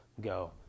Go